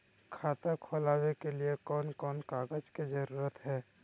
खाता खोलवे के लिए कौन कौन कागज के जरूरत है?